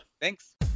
Thanks